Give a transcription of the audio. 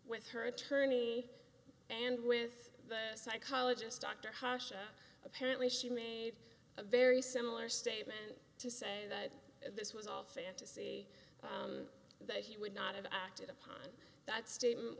with her attorney and with the psychologist dr hosh apparently she made a very similar statement to say that this was all fantasy that she would not have acted upon that statement